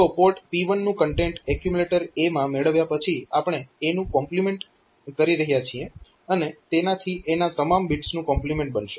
તો port P1 નું content accumulator A માં મેળવ્યા પછી આપણે A નું કોમ્પ્લીમેન્ટ કરી રહ્યા છીએ અને તેનાથી A ના તમામ બીટ્સનું કોમ્પ્લીમેન્ટ બનશે